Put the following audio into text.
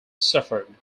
suffered